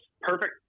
perfect